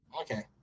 Okay